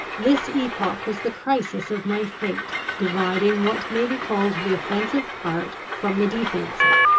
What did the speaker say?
this epoch was the crisis of my fate, dividing what may be called the offensive part from the defensive,